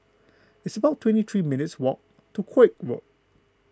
it's about twenty three minutes' walk to Koek Road